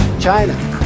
China